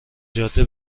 جاده